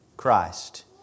Christ